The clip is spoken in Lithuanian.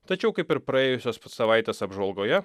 tačiau kaip ir praėjusios savaitės apžvalgoje